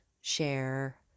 share